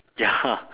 ya